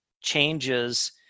changes